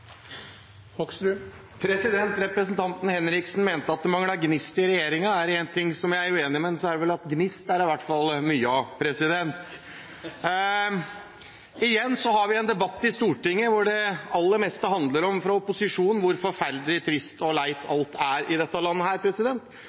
vann. Representanten Henriksen mente at det manglet gnist i regjeringen. Er det én ting som jeg er uenig med ham i, er det vel det. Gnist er det i hvert fall mye av! Igjen har vi en debatt i Stortinget hvor det aller meste fra opposisjonen handler om hvor forferdelig trist og leit alt er i dette landet.